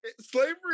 Slavery